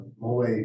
mole